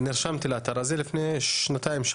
נרשמתי לאתר הזה לפני שנתיים-שלוש,